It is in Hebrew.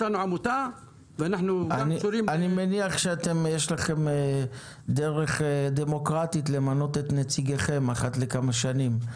אני מניח שיש לכם דרך דמוקרטית למנות את נציגיכם אחת לכמה שנים.